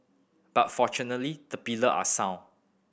but fortunately the pillar are sound